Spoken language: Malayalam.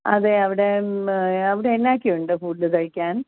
അതെ അവിടെ അവിടെ എന്തൊക്കെയുണ്ട് ഫുഡ് കഴിക്കാൻ